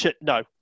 No